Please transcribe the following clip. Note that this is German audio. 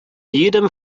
jedem